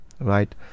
right